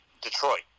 Detroit